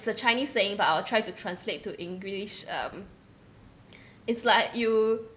it's a chinese saying but I'll try to translate to english um it's like you